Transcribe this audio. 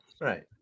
Right